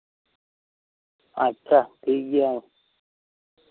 ᱟᱪᱪᱷᱟ ᱴᱷᱤᱠ ᱜᱮᱭᱟ ᱢᱟ